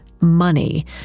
money